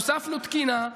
הוספנו תקינה,